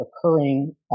occurring